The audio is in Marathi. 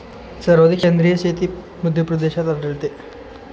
सर्वाधिक सेंद्रिय शेती मध्यप्रदेशात आढळते